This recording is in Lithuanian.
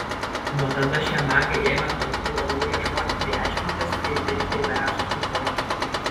nuo tada šie magai ėmė tokių olų ieškoti bei aiškintis kaip veikia įvairiausios jų formos